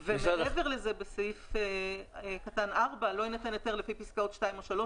מעבר לזה בסעיף (4): "לא יינתן היתר לפי פסקאות (2) או (3)